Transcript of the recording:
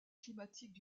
climatiques